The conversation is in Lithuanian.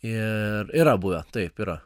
ir yra buvę taip yra